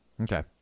okay